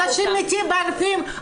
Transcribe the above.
אנשים מתים באלפים?